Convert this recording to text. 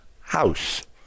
house